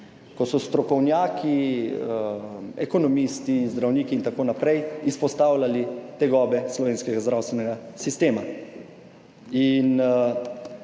ko so strokovnjaki, ekonomisti, zdravniki in tako naprej izpostavljali tegobe slovenskega zdravstvenega sistema in